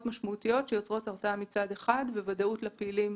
משמעותיות שיוצרות הרתעה וודאות לפעילים.